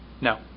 No